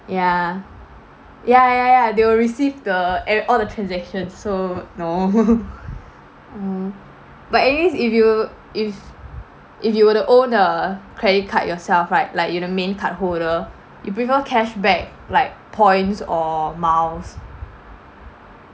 ya ya ya ya ya they will receive the ev~ all the transactions so no mm but at least if you if if you were to own a credit card yourself right like you the main card holder you prefer cashback like points or miles